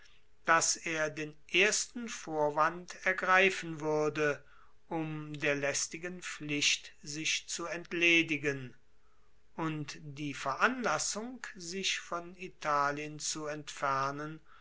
dass er den ersten vorwand ergreifen wuerde um der laestigen pflicht sich zu entledigen und die veranlassung sich von italien zu entfernen